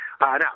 Now